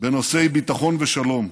בנושאי ביטחון ושלום.